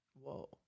Whoa